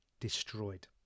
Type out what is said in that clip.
destroyed